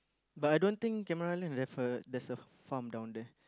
but I don't think Cameron-Highland have a there's a farm over there